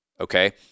okay